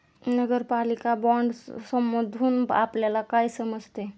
नगरपालिका बाँडसमधुन आपल्याला काय समजते?